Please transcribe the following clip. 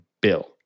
bill